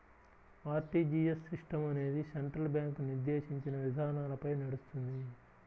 RTGS system అనేది central bank నిర్దేశించిన విధానాలపై నడుస్తుంది